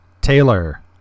Taylor